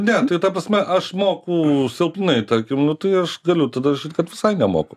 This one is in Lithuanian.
ne tai ta prasme aš moku silpnai tarkim nu tai aš galiu tada rašyt kad visai nemoku